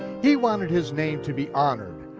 he wanted his name to be honored,